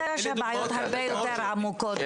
אתה יודע שהבעיות הרב היותר עמוקות,